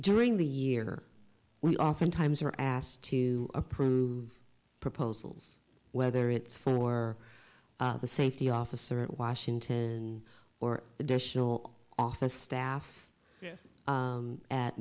during the year we oftentimes are asked to approve proposals whether it's for the safety officer in washington or additional office staff